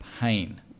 pain